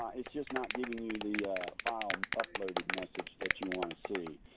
um it's just not giving you the file uploaded message that you want to see.